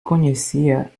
conhecia